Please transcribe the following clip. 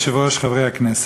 אדוני היושב-ראש, חברי הכנסת,